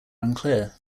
unclear